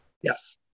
Yes